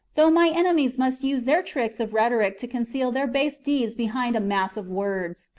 though my enemies must use their tricks of rhetoric to conceal their base deeds behind a mass of words.